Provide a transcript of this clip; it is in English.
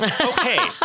Okay